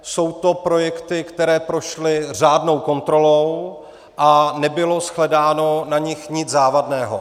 Jsou to projekty, které prošly řádnou kontrolou, a nebylo shledáno na nich nic závadného.